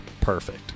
Perfect